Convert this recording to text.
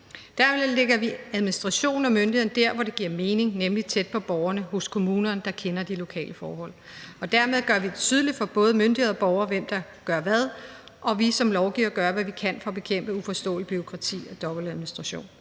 Dermed lægger vi administrationen og myndigheden der, hvor det giver mening, nemlig tæt på borgerne, hos kommunerne, der kender de lokale forhold, og dermed gør vi det tydeligt for både myndigheder og borgere, hvem der gør hvad, mens vi som lovgivere gør, hvad vi kan for at bekæmpe uforståeligt bureaukrati og dobbeltadministration.